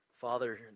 Father